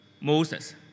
Moses